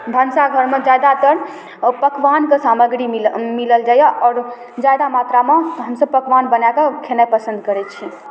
भनसाघरमे ज्यादातर ओ पकवानके सामग्री मिलि मिलल जाइए आओर ज्यादा मात्रामे हमसब पकवान बनाकऽ खेनाइ पसन्द करै छी